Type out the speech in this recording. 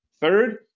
Third